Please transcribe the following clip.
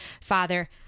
Father